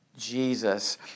Jesus